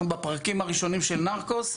אנחנו בפרקים הראשונים של נרקוס,